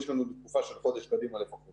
יש לנו לתקופה של חודש קדימה לפחות